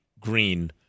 Green